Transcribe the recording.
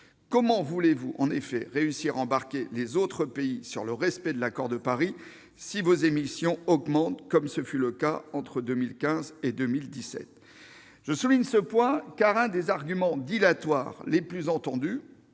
Comment voulez-vous réussir à embarquer les autres pays vers le respect de l'accord de Paris si vos émissions augmentent, comme ce fut le cas entre 2015 et 2017 ? Je souligne ce point, car un des arguments dilatoires les plus entendus,